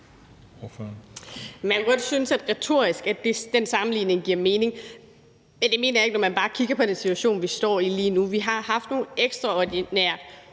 Man kan godt synes, at den sammenligning retorisk giver mening. Men det mener jeg ikke, når man bare kigger på den situation, vi står i lige nu. Vi har haft nogle ekstraordinære,